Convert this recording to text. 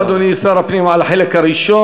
תודה, אדוני שר הפנים, על החלק הראשון.